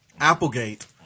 Applegate